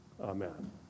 amen